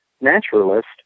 naturalist